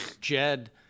Jed